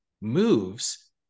moves